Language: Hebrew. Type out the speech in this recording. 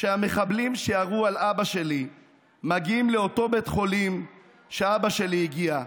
שהמחבלים שירו על אבא שלי מגיעים לאותו בית חולים שאבא שלי הגיע?